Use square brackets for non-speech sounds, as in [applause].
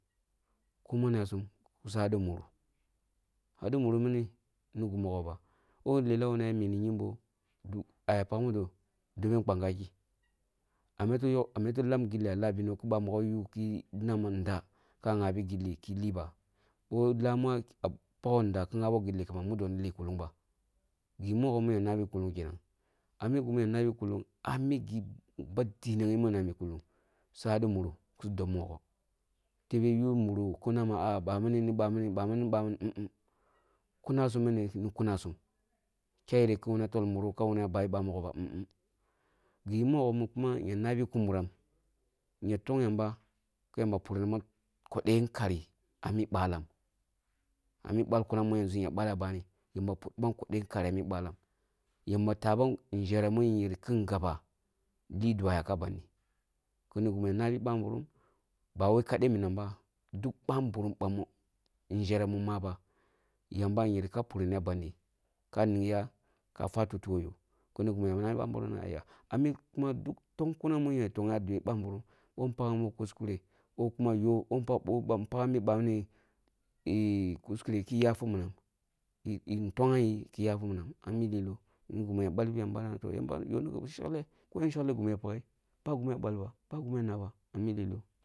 Ko man yasum kusu hadi muruk, hadi muruk mini, ni gi mogho ba, boh lelah muni ya mini kyembo, ah ya pakni ni gimi kpangakirah meto yok lam gilli ah lah beno ki bamogho yu kuma ndeh ka ghabi gilli ki liba? Boh lah ma pagho ndɛh ki ghabo gilli ba, mudo ni lah kulung ba, gi mogho min ya nabi kulung kenan, ah migin min ya nabi kulung, di migi ba dinagen gi su hadi muruk kusu deb mogho, tebe yum muruk ki nama bamini ni bamini bamini ni bamini um um kuna sum mini ni kuma sum kyyereh kuma toh muroh ka babi bamogho ba um um gi mogho kuma min yer nabi kumuram ehn yer tong yamba ki yamba puri bam kodeyi kari ah ni bala. Ah mi bal kun min ya belleh ah bami, bi yamba purumam kodege nkari ah mi balam, ah mi balkum min ya balleh ah bani, yamba puribam kodeye nkani ah mi balam, yamba tahbam nʒereh nun yiri kun gaba lidwa yakam ah bandi, kimi gimi ya nabi babirim, kini minam ba, duk babirim nʒereh mi maba, yamba yereh ka puri yi ah mi bandi ka ning ya ka fwa tutu ko yoh, kini gima ya nabi babirim na aiya, ah mi tong kunam mim ya togha bene babirim, bin pagham woh kuskere ko kuma yoh [hesitation] kuskure ki yafi minam kin togham yi kiyafi minam ah mi liloh kini gìmi ya balbi yamba na toh yamba yoh ni gi shekleh koyen shekleh gimi ya paghe. Ba gimi ya pak boh, ba gimí ya noba ah mī liloh.